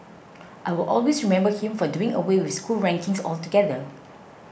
I will always remember him for doing away with school rankings altogether